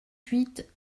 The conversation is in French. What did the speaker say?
huit